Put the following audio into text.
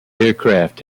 aircraft